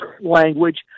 language